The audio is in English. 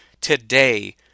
today